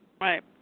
Right